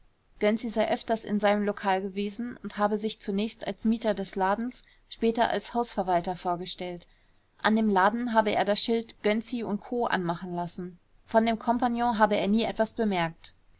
sei öfters in seinem lokal gewesen und habe sich zunächst als mieter des ladens später als hausverwalter vorgestellt an dem laden habe er das schild gönczi u co anmachen lassen von dem compagnon habe er nie etwas bemerkt